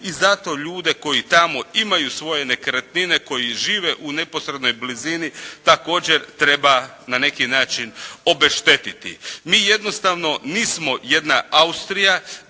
i zato ljude koji tamo imaju svoje nekretnine, koji žive u neposrednoj blizini, također treba na neki način obeštetiti. Mi jednostavno nismo jedna Austrija,